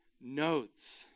notes